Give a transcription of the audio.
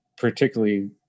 particularly